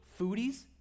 foodies